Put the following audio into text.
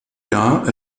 jahr